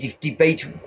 debate